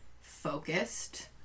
focused